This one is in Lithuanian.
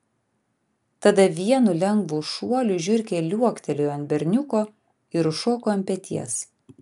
tada vienu lengvu šuoliu žiurkė liuoktelėjo ant berniuko ir užšoko ant peties